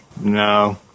No